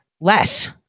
less